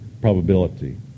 probability